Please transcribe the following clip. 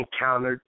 encountered